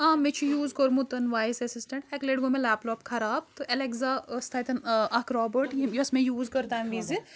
آ مےٚ چھِ یوٗز کۆرمُتَن وایِس اؠسِسٹٮ۪نٛٹ اَکہِ لَٹہِ گوٚو مےٚ لیپلاپ خَراب تہٕ اٮ۪لٮ۪کزا ٲس تَتؠن اَکھ رابٲٹ یِم یۄس مےٚ یوٗز کٔر تَمہِ وِزِ